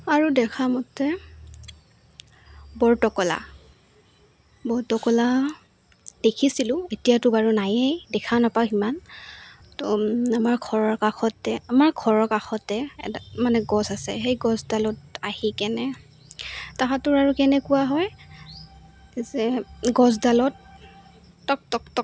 আৰু দেখা মতে বৰটোকোলা বৰটোকোলা দেখিছিলোঁ এতিয়াতো বাৰু নায়েই দেখাও নাপাওঁ সিমান তো আমাৰ ঘৰৰ কাষতে আমাৰ ঘৰৰ কাষতে এটা মানে গছ আছে সেই গছডালত আহি কেনে তাহাঁতৰ আৰু কেনেকুৱা হয় যে গছডালত টক টক টক